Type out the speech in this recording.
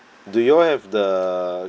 do y'all have the